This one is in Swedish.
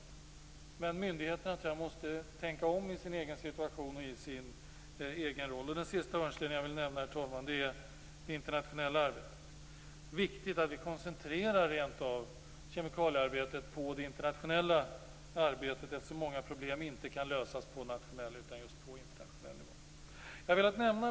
Jag tror att myndigheterna måste tänka om kring sin situation och sin roll. Den sista hörnstenen jag vill nämna, herr talman, är det internationella arbetet. Det är viktigt att vi rent av koncentrerar kemikaliearbetet på det internationella arbetet, eftersom många problem inte kan lösas på nationell utan just på internationell nivå.